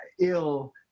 ill